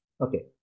Okay